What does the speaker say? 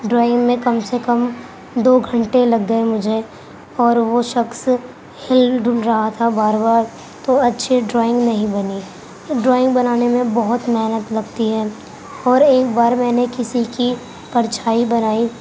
drawing میں کم سے کم دو گھنٹے لگ گئے مجھے اور وہ شخص ہل ڈل رہا تھا بار بار تو اچھی ڈرائنگ نہیں بنی ڈرائنگ بنانے میں بہت محنت لگتی ہے اور ایک بار میں نے کسی کی پرچھائی بنائی